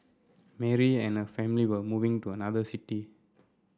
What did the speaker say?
Mary and her family were moving to another city